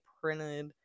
printed